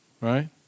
right